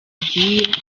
yagiye